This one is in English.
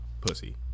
pussy